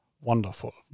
wonderful